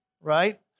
right